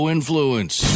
Influence